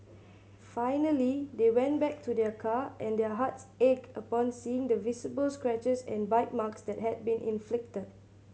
finally they went back to their car and their hearts ached upon seeing the visible scratches and bite marks that had been inflicted